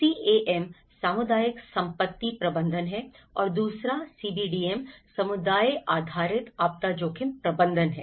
CAM सामुदायिक संपत्ति प्रबंधन है और दूसरा सीबीडी समुदाय आधारित आपदा जोखिम प्रबंधन है